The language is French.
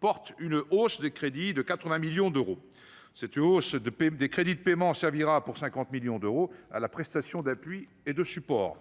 porte une hausse des crédits de 80 millions d'euros, c'est une gauche de PME, des crédits de paiement servira pour 50 millions d'euros à la prestation d'appui et de support